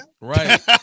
Right